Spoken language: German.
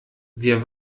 wir